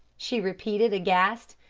she repeated aghast.